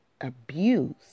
abuse